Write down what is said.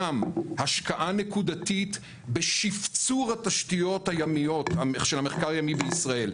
גם השקעה נקודתית בשפצור התשתיות הימיות של המחקר הימי בישראל,